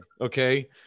okay